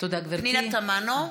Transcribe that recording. פנינה תמנו,